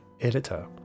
editor